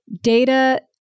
data